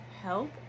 help